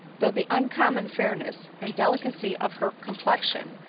though the uncommon fairness and delicacy of her complexion,